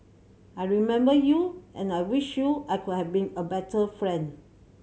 I remember you and I wish you I could have been a better friend